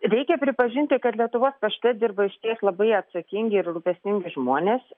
reikia pripažinti kad lietuvos pašte dirba išties labai atsakingi ir rūpestingi žmonės